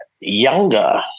younger